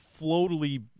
floatily